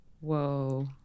Whoa